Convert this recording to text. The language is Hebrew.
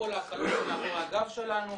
כל ההקלות שמאחורי הגב שלנו,